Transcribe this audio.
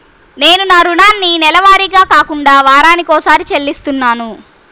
నేను నా రుణాన్ని నెలవారీగా కాకుండా వారానికోసారి చెల్లిస్తున్నాను